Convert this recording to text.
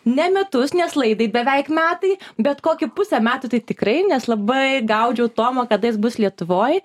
ne metus nes laidai beveik metai bet kokį pusę metų tai tikrai nes labai gaudžiau tomo kada jis bus lietuvoj